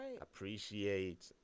appreciate